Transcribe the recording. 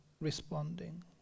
responding